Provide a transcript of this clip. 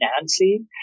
Nancy